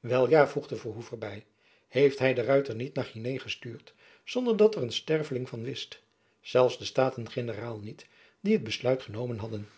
wel ja voegde verhoef er by heeft hy de ruyter niet naar guinee gestuurd zonder dat er een sterveling van wist zelfs de staten-generaal niet die t besluit genomen hadden